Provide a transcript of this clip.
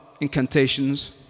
incantations